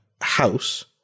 house